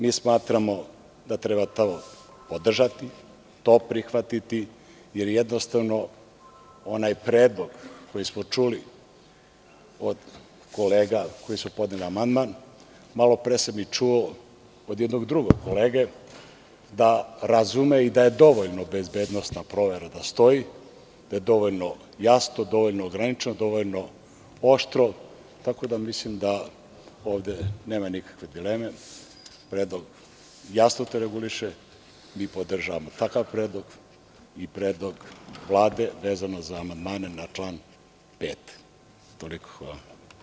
Mi smatramo da treba to podržati, to prihvatiti jer jednostavno onaj predlog koji smo čuli od kolega koji su podneli amandman, malo pre sam i čuo od jednog drugog kolege da razume i da je dovoljno bezbednosna provera da stoji, da je dovoljno jasno, dovoljno ograničeno, dovoljno oštro, tako da mislim da ovde nema nikakve dileme, predlog jasno to reguliše, mi podržavamo takav predlog i predlog Vlade vezano za amandmane na član 5. Toliko, hvala.